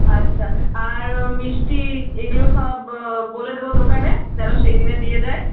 আচ্ছা আর ও মিষ্টি এগুলো সব বলে দেবো দোকানে যেন সেই দিনে দিয়ে যায়